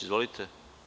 Izvolite.